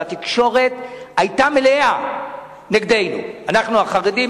והתקשורת היתה מלאה נגדנו: אנחנו החרדים,